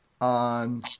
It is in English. on